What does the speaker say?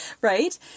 right